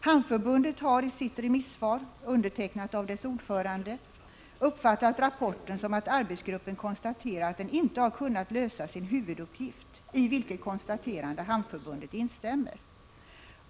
Hamnförbundet har i sitt remissvar, undertecknat av förbundets ordförande, uppfattat rapporten så, att arbetsgruppen konstaterat att den inte har kunnat lösa sin huvuduppgift — ett konstaterande i vilket Hamnförbundet instämmer.